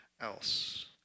else